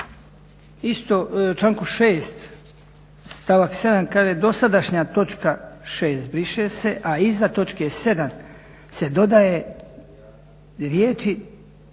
U članku 6.stavak 7.kaže dosadašnja točka 6.briše se a iza točke 7. se dodaje riječi